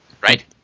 Right